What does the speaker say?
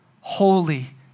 holy